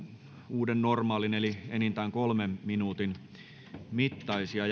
uuden normaalin eli enintään kolmen minuutin mittaisia